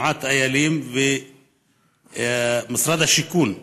תנועת איילים ומשרד השיכון,